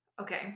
Okay